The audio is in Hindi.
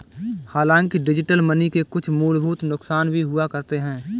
हांलाकि डिजिटल मनी के कुछ मूलभूत नुकसान भी हुआ करते हैं